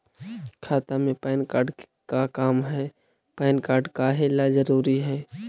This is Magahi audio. खाता में पैन कार्ड के का काम है पैन कार्ड काहे ला जरूरी है?